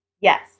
Yes